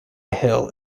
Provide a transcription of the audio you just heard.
hill